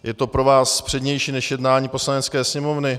Je to pro vás přednější než jednání Poslanecké sněmovny.